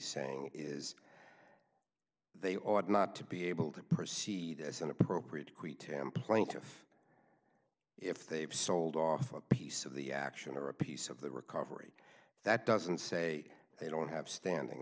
saying is they ought not to be able to proceed as an appropriate quiett template of if they've sold off a piece of the action or a piece of the recovery that doesn't say they don't have standing